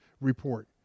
report